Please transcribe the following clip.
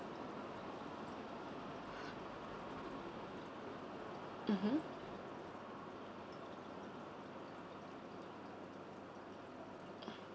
mmhmm